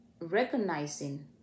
recognizing